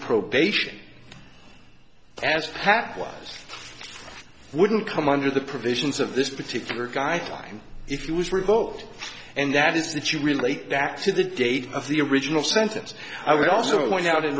probation as pact was wouldn't come under the provisions of this particular guy time if you was revoked and that is that you relate back to the date of the original sentence i would also point out